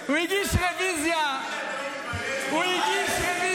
הוא הגיש רוויזיה --- אתה --- אתה עייף.